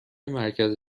مرکز